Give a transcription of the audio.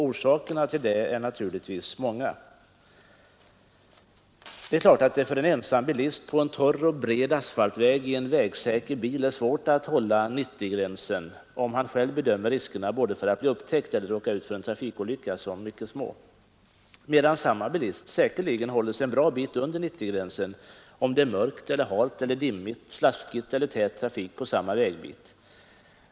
Orsakerna är naturligtvis många. För en ensam bilist på en torr och bred asfaltväg i en Nr 151 vägsäker bil är det naturligtvis svårt att hålla 90-gränsen om han själv Måndagen den bedömer riskerna både för att bli upptäckt och för att råka ut för en 10 december 1973 trafikolycka som mycket små, medan samme bilist säkerligen håller sig en bra bit under 90-gränsen om det är mörkt, halt, dimmigt eller slaskigt eller om det är tät trafik på samma vägsträcka.